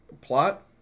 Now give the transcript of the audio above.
plot